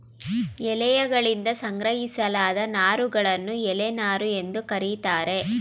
ಎಲೆಯಗಳಿಂದ ಸಂಗ್ರಹಿಸಲಾದ ನಾರುಗಳನ್ನು ಎಲೆ ನಾರು ಎಂದು ಕರೀತಾರೆ